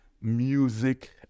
music